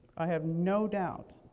i have no doubt,